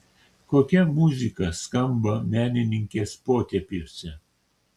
kokia muzika skamba menininkės potėpiuose